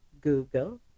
Google